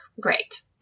great